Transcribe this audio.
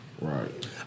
Right